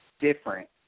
different